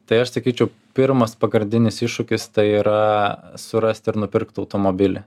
tai aš sakyčiau pirmas pagrindinis iššūkis tai yra surast ir nupirkt automobilį